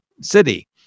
city